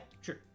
sure